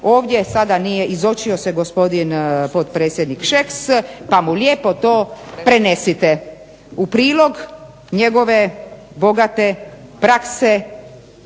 Ovdje sada nije izočio se gospodin potpredsjednik Šeks pa mu lijepo to prenesite u prilog njegove bogate prakse